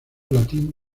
latin